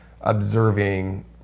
observing